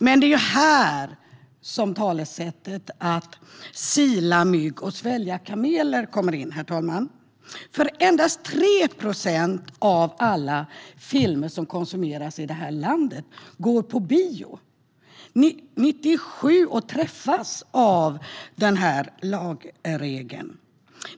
Men det är här som talesättet "sila mygg och svälja kameler" kommer in, herr talman. Endast 3 procent av alla filmer som konsumeras i landet visas nämligen på bio och träffas av den regeln.